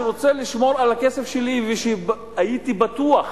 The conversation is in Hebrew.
שרוצה לשמור על הכסף שלי והייתי בטוח